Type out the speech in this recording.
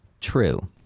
True